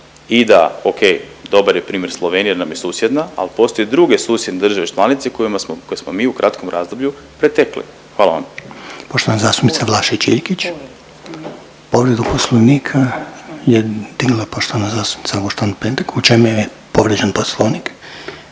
i da ok, dobar je primjer Slovenija nam je susjedna, al postoje druge susjedne države članice koje smo mi u kratkom razdoblju pretekli. Hvala vam. **Reiner, Željko (HDZ)** Poštovana zastupnica Vlašić Iljkić. Povredu poslovnika je digla poštovana zastupnica Auguštan-Pentek. U čemu je povrijeđen poslovnik?